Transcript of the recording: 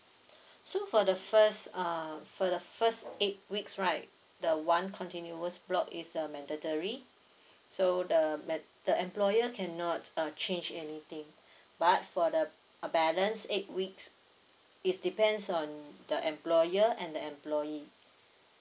so for the first uh for the first eight weeks right the one continuous block is the mandatory so the met~ the employer cannot err change anything but for the balance eight weeks it's depends on the employer and the employee